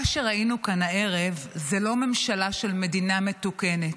מה שראינו כאן הערב זה לא ממשלה של מדינה מתוקנת,